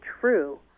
true